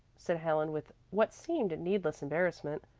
said helen with what seemed needless embarrassment.